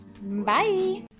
bye